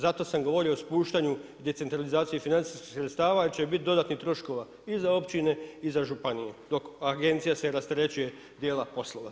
Zato sam govorio o spuštanju i decentralizaciji financijskih sredstava jer će biti dodatnih troškova i za općine i za županije dok agencija se rasterećuje dijela poslova.